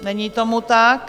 Není tomu tak.